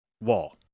wall